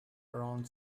around